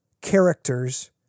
characters